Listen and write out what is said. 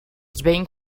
being